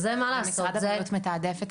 שזה, מה לעשות --- ומשרד הבריאות מתעדף.